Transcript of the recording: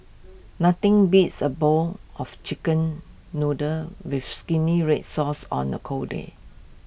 nothing beats A bowl of Chicken Noodles with Red Sauce on A cold day